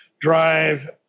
drive